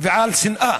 ועל שנאה,